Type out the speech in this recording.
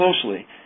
closely